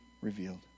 revealed